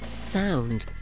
sound